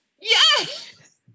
Yes